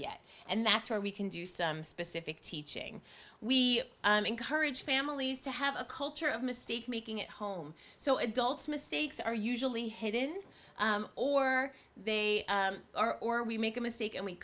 yet and that's where we can do some specific teaching we encourage families to have a culture of mistake making at home so adults mistakes are usually hidden or they are or we make a mistake and we